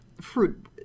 fruit